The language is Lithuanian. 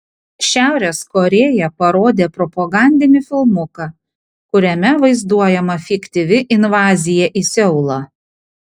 šiaurės korėja parodė propagandinį filmuką kuriame vaizduojama fiktyvi invazija į seulą